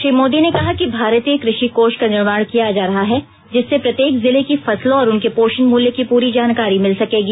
श्री मोदी ने कहा कि भारतीय कृषि कोष का निर्माण किया जा रहा है जिससे प्रत्येक जिले की फसलों और उनके पोषण मूल्य की पूरी जानकारी मिल सकेगी